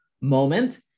moment